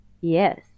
Yes